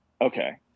Okay